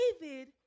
David